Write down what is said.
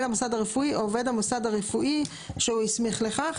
המוסד הרפואי או עובד המוסד הרפואי שהוא הסמיך לכך,